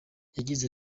yagize